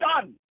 done